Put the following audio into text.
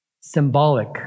symbolic